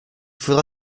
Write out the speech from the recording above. faudra